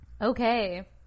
Okay